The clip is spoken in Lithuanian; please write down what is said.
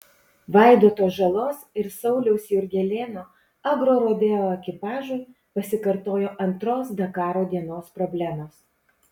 vaidoto žalos ir sauliaus jurgelėno agrorodeo ekipažui pasikartojo antros dakaro dienos problemos